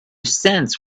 cents